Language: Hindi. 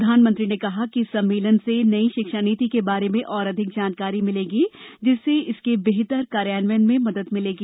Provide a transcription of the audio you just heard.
प्रधानमंत्री ने कहा कि इस सम्मेलन से नई शिक्षा नीति के बारे में और अधिक जानकारी मिलेगी जिससे इसके बेहतर कार्यान्वनयन में मदद मिलेगी